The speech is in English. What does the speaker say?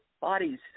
bodies